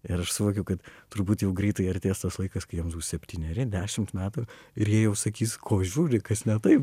ir aš suvokiu kad turbūt jau greitai artės tas laikas kai jiem septyneri dešimt metų ir jie jau sakys ko žiūri kas ne taip